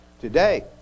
today